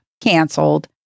canceled